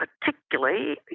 particularly